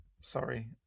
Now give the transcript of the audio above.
sorry